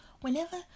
Whenever